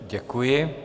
Děkuji.